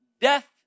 death